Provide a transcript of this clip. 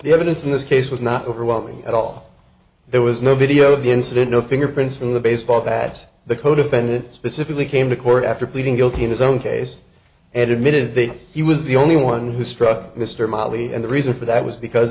the evidence in this case was not overwhelming at all there was no video of the incident no fingerprints from the baseball bat the codefendant specifically came to court after pleading guilty in his own case and admitted that he was the only one who struck mr mildly and the reason for that was because